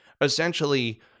Essentially